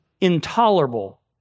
intolerable